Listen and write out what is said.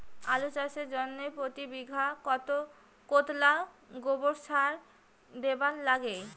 আলু চাষের জইন্যে প্রতি বিঘায় কতোলা গোবর সার দিবার লাগে?